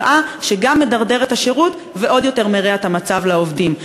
הראה שגם מדרדר את השירות ועוד יותר מרע את המצב לעובדים.